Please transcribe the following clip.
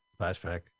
Flashback